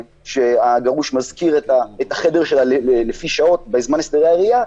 כשהגרוש משכיר את החדר שלה לפי שעות בזמן הסדרי הראיה.